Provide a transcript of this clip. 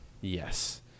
Yes